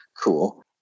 Cool